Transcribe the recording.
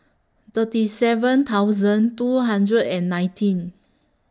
thirty seven thousand two hundred and nineteen